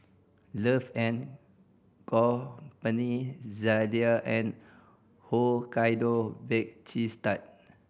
Love and Company Zalia and Hokkaido Bake Cheese Tart